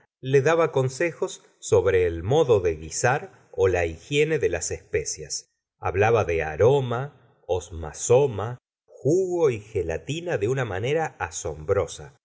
le daba consejos sobre el modo de guisar y la higiene de las especias hablaba de aroma osmazoma jugo y gelatina de una manera asombrosa